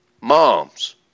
moms